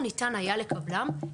ההיוועצות.